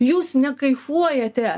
jūs ne kaifuojate